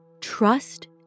trust